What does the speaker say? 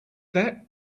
that